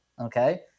Okay